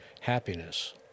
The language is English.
happiness